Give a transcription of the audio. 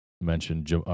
mentioned